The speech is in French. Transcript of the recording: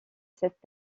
cette